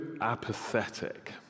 apathetic